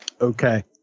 Okay